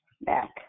back